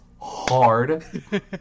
hard